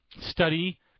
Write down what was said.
study